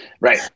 Right